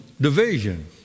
division